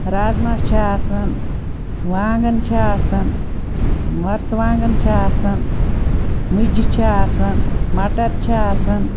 رازمہ چھِ آسان وانٛگَن چھِ آسان مَرژٕوانٛگَن چھِ آسان مُجہِ چھِ آسان مَٹر چھِ آسان